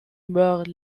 meurent